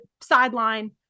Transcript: sideline